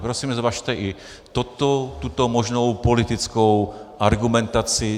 Prosím, zvažte i tuto možnou politickou argumentaci.